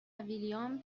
ویلیام